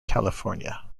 california